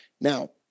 Now